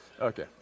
Okay